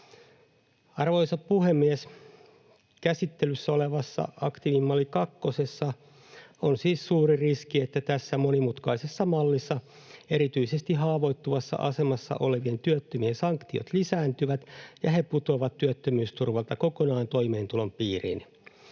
Arvoisa puhemies! Käsittelyssä olevassa aktiivimalli kakkosessa on siis suuri riski, että tässä monimutkaisessa mallissa erityisesti haavoittuvassa asemassa olevien työttömien sanktiot lisääntyvät ja he putoavat työttömyysturvalta kokonaan toimeentulotuen piiriin.